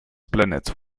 planet